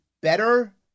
better